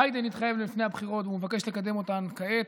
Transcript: ביידן התחייב לפני הבחירות ומבקש לקדם אותם כעת,